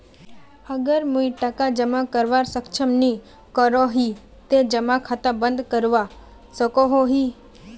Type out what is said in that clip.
अगर मुई टका जमा करवात सक्षम नी करोही ते जमा खाता बंद करवा सकोहो ही?